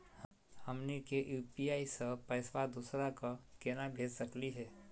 हमनी के यू.पी.आई स पैसवा दोसरा क केना भेज सकली हे?